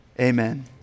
amen